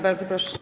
Bardzo proszę.